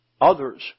others